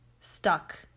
stuck